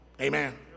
Amen